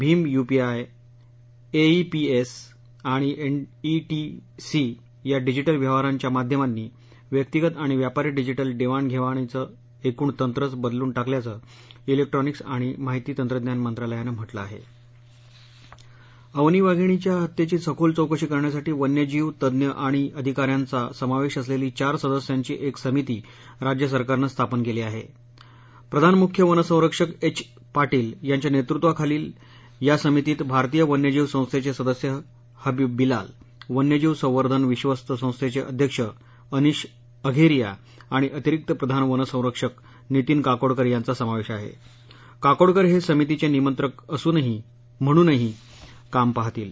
Bhim UPI AEPS आणि NETC या digital व्यवहारांच्या माध्यमांनी व्यक्तीगत आणि व्यापारी डिजिटल दक्षिण घक्षिणीचं एकूण तंत्रच बदलून टाकल्याचं जेछ्ड्रॉनिक्स आणि माहिती तंत्रज्ञान मंत्रालयानं म्हटलं आह अवनी वाघिणीच्या हत्यद्वी सखोल चौकशी करण्यासाठी वन्यजीव तज्ज्ञ आणि अधिकाऱ्यांचा समावश्री असलली चार सदस्यांची एक समिती राज्य सरकारनं स्थापन कली आहा प्रधान मुख्य वनसंरक्षक एच पाटील यांच्या नस्तिवाखालील या समितीत भारतीय वन्यजीव संस्थद्दजुदस्य हबीब बिलाल वन्यजीव संवर्धन विक्वस्त संस्थद्दअध्यक्ष अनिश अघरिया आणि अतिरिक्त प्रधान वनसंरक्षक नितीन काकोडकर यांचा समावधी आहा क्राकोडकर हा ज्ञिमितीचा निमंत्रक म्हणूनही काम पाहतील